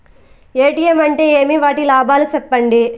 ATM అంటే ఏమి? వాటి లాభాలు సెప్పండి?